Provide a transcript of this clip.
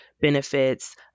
benefits